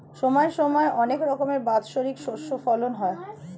সময় সময় অনেক রকমের বাৎসরিক শস্য ফলন হয়